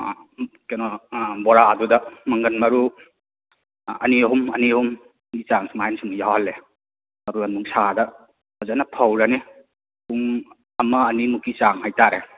ꯎꯝ ꯀꯩꯅꯣ ꯕꯣꯔꯥꯕꯨꯗ ꯃꯪꯒꯟ ꯃꯔꯨ ꯑꯅꯤ ꯑꯍꯨꯝ ꯑꯅꯤ ꯑꯍꯨꯝꯒꯤ ꯆꯥꯡ ꯁꯨꯃꯥꯏꯅ ꯁꯨꯝ ꯌꯥꯎꯍꯜꯂꯦ ꯑꯗꯨꯒ ꯅꯨꯡꯁꯥꯗ ꯐꯖꯅ ꯐꯧꯔꯅꯤ ꯄꯨꯡ ꯑꯃ ꯑꯅꯤꯃꯨꯛꯀꯤ ꯆꯥꯡ ꯍꯥꯏ ꯇꯥꯔꯦ